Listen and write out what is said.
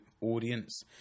audience